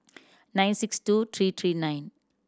nine six two three three nine